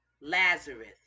Lazarus